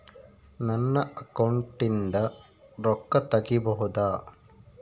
ನನ್ನ ಅಕೌಂಟಿಂದ ರೊಕ್ಕ ತಗಿಬಹುದಾ?